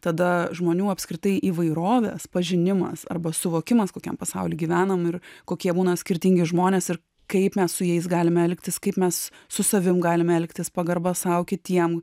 tada žmonių apskritai įvairovės pažinimas arba suvokimas kokiam pasauly gyvenam ir kokie būna skirtingi žmonės ir kaip mes su jais galime elgtis kaip mes su savim galime elgtis pagarba sau kitiem